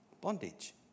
Bondage